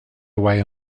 away